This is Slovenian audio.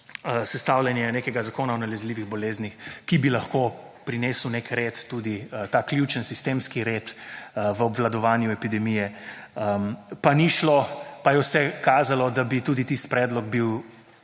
sestavljanje nekega zakona o nalezljivih boleznih, ki bi lahko prinesel nek red tudi, ta ključen sistemski red, v obvladovanju epidemije, pa ni šlo. Pa je vse kazalo, da bi tudi tisti predlog bil